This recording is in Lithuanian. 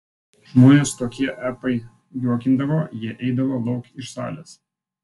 žmones tokie epai juokindavo jie eidavo lauk iš salės